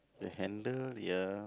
the handle ya